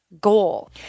goal